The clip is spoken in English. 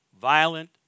violent